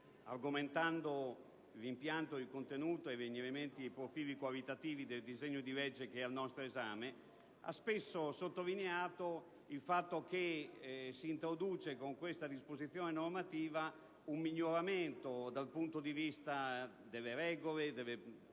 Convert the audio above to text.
argomentando l'impianto, il contenuto e i profili qualitativi del disegno di legge al nostro esame, ha spesso sottolineato il fatto che con questa disposizione normativa si introduce un miglioramento dal punto di vista delle regole, delle procedure